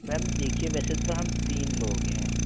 ma'am देखिए वैसे तो हम तीन लोग हैं